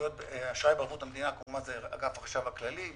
אשראי בערבות המדינה הוא אגף החשב הכללי,